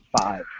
five